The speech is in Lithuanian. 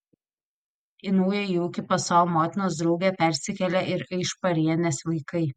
į naująjį ūkį pas savo motinos draugę persikėlė ir aišparienės vaikai